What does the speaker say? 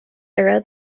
era